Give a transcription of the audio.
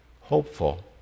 Hopeful